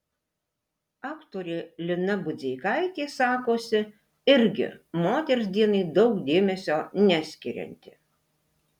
aktorė lina budzeikaitė sakosi irgi moters dienai daug dėmesio neskirianti